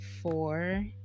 four